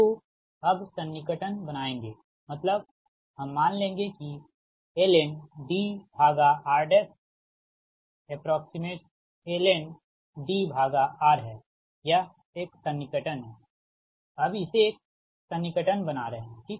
तो अब सन्निकटन बनाएँगे मतलब हम मान लेंगे कि lnDrlnDr है यह एक सन्निकटन है आप इसे एक सन्निकटन बना रहे हैं ठीक